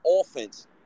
offense